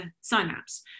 synapse